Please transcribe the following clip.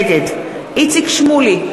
נגד איציק שמולי,